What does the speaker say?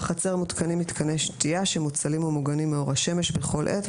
בחצר מותקנים מתקני שתיה שמוצלים ומוגנים מאור השמש בכל עת,